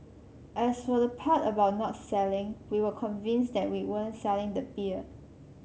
as for the part about not selling we were convinced that we weren't selling the beer